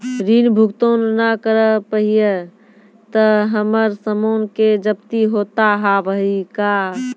ऋण भुगतान ना करऽ पहिए तह हमर समान के जब्ती होता हाव हई का?